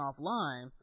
offline